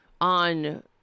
on